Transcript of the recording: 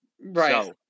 Right